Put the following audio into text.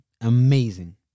amazing